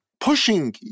pushing